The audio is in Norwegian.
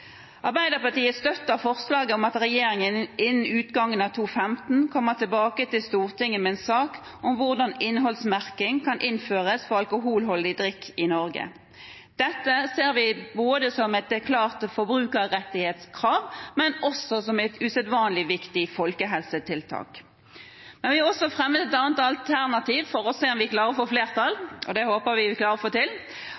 Arbeiderpartiet støtter forslaget om at regjeringen innen utgangen av 2015 kommer tilbake til Stortinget med en sak om hvordan innholdsmerking kan innføres på alkoholholdig drikk i Norge. Dette ser vi som et klart forbrukerrettighetskrav, men også som et usedvanlig viktig folkehelsetiltak. Vi vil også fremme et annet alternativ for å se om vi klarer å få flertall – det håper vi at vi klarer å få til